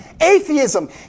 atheism